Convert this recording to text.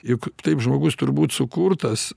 juk taip žmogus turbūt sukurtas